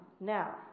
now